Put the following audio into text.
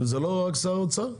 זה לא רק שר האוצר?